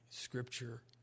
Scripture